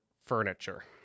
furniture